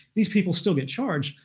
these people still get charged,